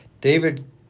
David